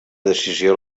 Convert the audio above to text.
decisió